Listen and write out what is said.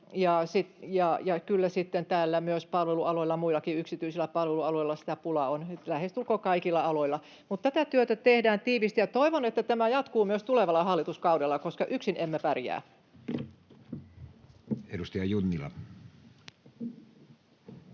kyllä sitten täällä muillakin yksityisillä palvelualoilla sitä pulaa on, lähestulkoon kaikilla aloilla. Mutta tätä työtä tehdään tiiviisti, ja toivon, että tämä jatkuu myös tulevalla hallituskaudella, koska yksin emme pärjää. [Speech 222]